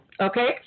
Okay